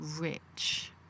rich